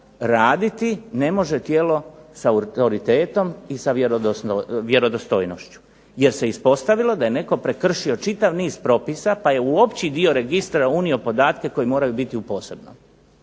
raditi ne može tijelo sa autoritetom i vjerodostojnošću, jer se ispostavilo da je netko prekršio čitav niz propisa pa je u opći dio registra unio podatke koji moraju biti u posebnom.